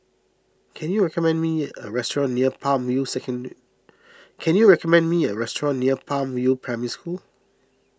can you recommend me a restaurant near Palm View second can you recommend me a restaurant near Palm View Primary School